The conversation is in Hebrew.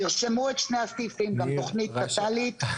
תרשמו את שני הסעיפים: גם תוכנית ות"לית,